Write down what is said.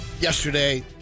yesterday